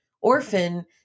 orphan